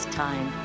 time